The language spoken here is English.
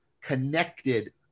connected